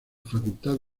facultad